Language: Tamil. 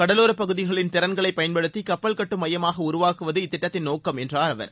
கடலோர பகுதிகளின் திறன்களை பயன்படுத்தி கப்பல் கட்டும் மையமாக உருவாக்குவது இத்திட்டத்தின் நோக்கம் என்றார் அவர்